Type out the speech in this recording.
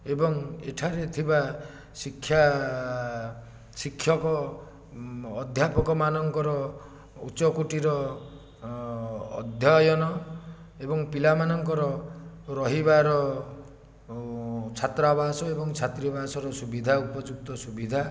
ଏବଂ ଏଠାରେ ଥିବା ଶିକ୍ଷା ଶିକ୍ଷକ ଅଧ୍ୟାପକ ମାନଙ୍କର ଉଚ୍ଚକୋଟିର ଅଧ୍ୟୟନ ଏବଂ ପିଲାମାନଙ୍କର ରହିବାର ଛାତ୍ରାବାସ ଏବଂ ଛାତ୍ରୀବାସର ସୁବିଧା ଉପଯୁକ୍ତ ସୁବିଧା